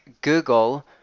Google